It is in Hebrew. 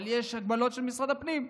אבל יש הגבלות של משרד הפנים.